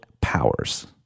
powers